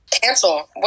cancel